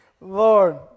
Lord